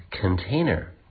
container